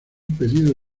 pedido